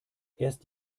erst